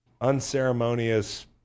unceremonious